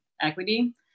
equity